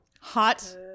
Hot